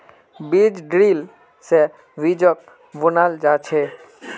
बीज ड्रिल से बीजक बुनाल जा छे